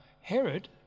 Herod